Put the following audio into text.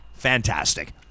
fantastic